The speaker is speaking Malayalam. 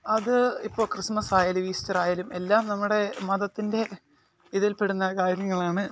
അത് ഇപ്പോള് ക്രിസ്മസായാലും ഈസ്റ്ററായാലും എല്ലാം നമ്മുടെ മതത്തിൻ്റെ ഇതിൽപെടുന്ന കാര്യങ്ങളാണ്